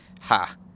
ha